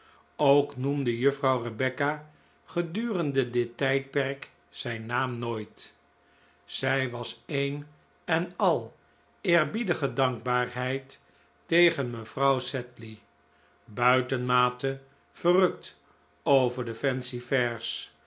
ook noemde juffrouw rebecca gedurende dit tijdperk zijn naam nooit zij was een en al eerbiedige dankbaarheid tegen mevrouw sedley buiten mate verrukt over de